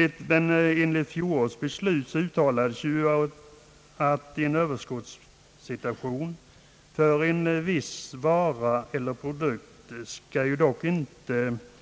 I fjolårets beslut uttalades att en överskottssituation för en viss produkt inte skall